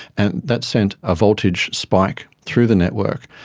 and that sent a voltage spike through the network.